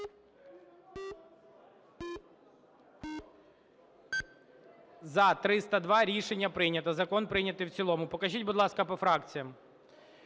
За-302 Рішення прийнято. Закон прийнятий в цілому. Покажіть, будь ласка, по фракціях.